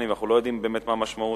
ואנחנו לא יודעים באמת מהי המשמעות.